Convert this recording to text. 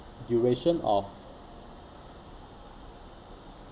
duration of